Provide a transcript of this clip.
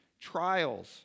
trials